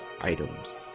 items